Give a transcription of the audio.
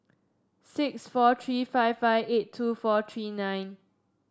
six four three five five eight two four three nine